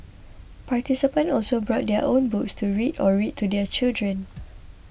participants also brought their own books to read or read to their children